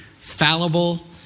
fallible